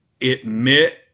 admit